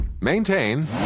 Maintain